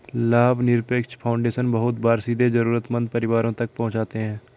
लाभनिरपेक्ष फाउन्डेशन बहुत बार सीधे जरूरतमन्द परिवारों तक मदद पहुंचाते हैं